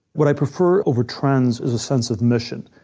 what i prefer over trends is a sense of mission.